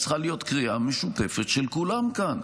צריך להיות קריאה משותפת של כולם כאן,